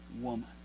woman